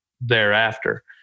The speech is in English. thereafter